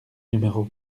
numéro